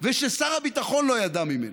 וששר הביטחון לא ידע ממנה,